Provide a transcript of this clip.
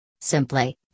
Simply